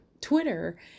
twitter